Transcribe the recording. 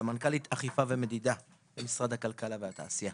סמנכ"לית אכיפה ומדידה במשרד הכלכלה והתעשייה.